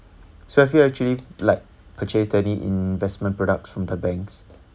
so have you actually like purchased any investment products from the banks